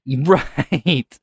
Right